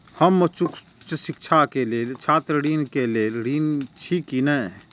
हम उच्च शिक्षा के लेल छात्र ऋण के लेल ऋण छी की ने?